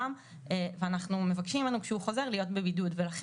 שבהן לא תחול חובת בידוד של שבוע,